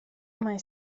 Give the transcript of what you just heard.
mae